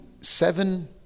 seven